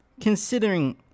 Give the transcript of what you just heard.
considering